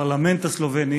בפרלמנט הסלובני,